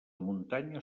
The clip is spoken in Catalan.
muntanya